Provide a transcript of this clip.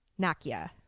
Nakia